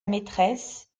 maîtresse